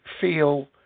feel